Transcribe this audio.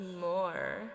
more